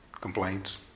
Complaints